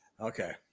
Okay